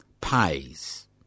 pays